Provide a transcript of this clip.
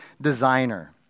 designer